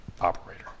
operator